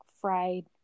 fried